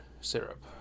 syrup